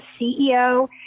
CEO